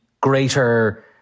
greater